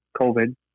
COVID